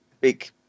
big